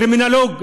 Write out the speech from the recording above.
קרימינולוג,